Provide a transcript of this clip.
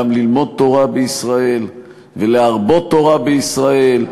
גם ללמוד תורה בישראל ולהרבות תורה בישראל,